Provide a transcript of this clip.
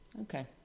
Okay